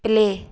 play